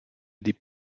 des